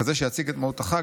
כזה שיציג את מהות החג,